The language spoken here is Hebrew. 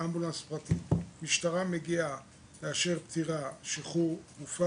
כי הרי האמבולנס הזה גם קיים כדי להוביל את החולה לבדיקות רפואיות,